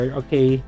okay